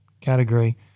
category